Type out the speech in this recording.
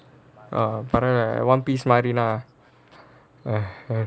oh brother one piece மாறின:maarina !hais! hmm